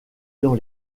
dans